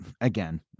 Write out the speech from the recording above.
again